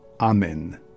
amen